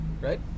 Right